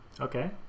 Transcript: okay